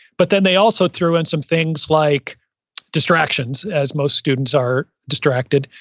but then they also threw in some things like distractions, as most students are distracted.